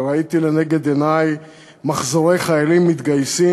וראיתי לנגד עיני מחזורי חיילים מתגייסים